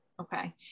okay